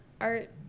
art